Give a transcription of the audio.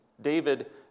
David